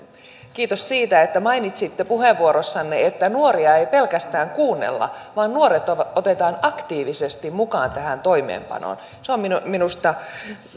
kiitos siitä että mainitsitte puheenvuorossanne että nuoria ei pelkästään kuunnella vaan nuoret otetaan aktiivisesti mukaan tähän toimeenpanoon se on minusta minusta